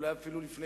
אולי בכלל לפני